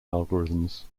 algorithms